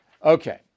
Okay